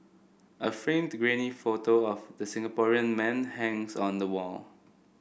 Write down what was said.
a framed grainy photo of the Singaporean man hangs on the wall